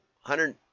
hundred